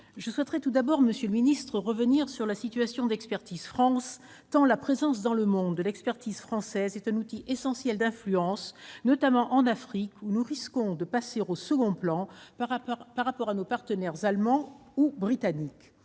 j'aborderai tout d'abord la situation d'Expertise France, tant la présence dans le monde de l'expertise française est un outil essentiel d'influence, notamment en Afrique, où nous risquons de passer au second plan par rapport à nos partenaires allemand et britannique.